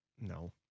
No